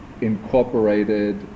incorporated